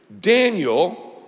Daniel